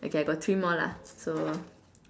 okay I got three more lah so